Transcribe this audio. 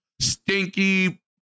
stinky